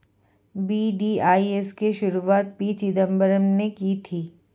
VDIS की शुरुआत P Chidambaram ने की थी